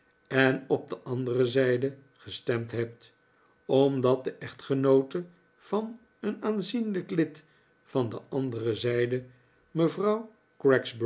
en op de andere zijde gestemd hebt omdat de echtgenoote van een aanzienlijk lid van die andere zijde mevrouw